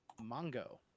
Mongo